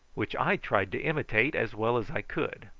which i tried to imitate as well as i could.